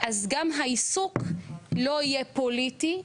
אז גם העיסוק לא יהיה פוליטי,